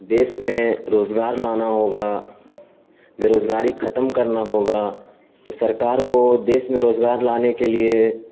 دیس میں روزگار لانا ہوگا بے روزگاری کتم کرنا ہوگا تو سرکار کو دیس میں روزگار لانے کے لیے